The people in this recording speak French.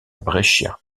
brescia